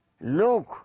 Look